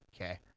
Okay